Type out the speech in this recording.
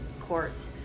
courts